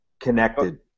Connected